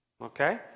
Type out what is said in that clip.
okay